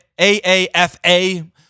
AAFA